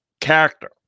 character